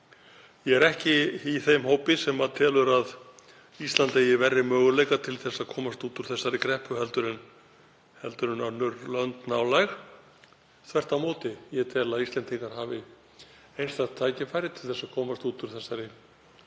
Ég er ekki í þeim hópi sem telur að Ísland eigi verri möguleika til að komast út úr þessari kreppu heldur en önnur lönd nálæg, þvert á móti. Ég tel að Íslendingar hafi einstakt tækifæri til að komast út úr þessu